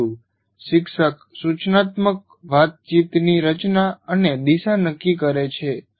પરંતુ શિક્ષક સૂચનાત્મક વાતચીતની રચના અને દિશા નક્કી કરે છે